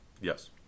Yes